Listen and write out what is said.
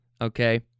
Okay